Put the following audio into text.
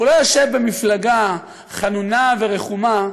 הוא לא יושב במפלגה חנונה ורחומה,